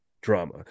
drama